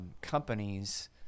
companies